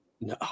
No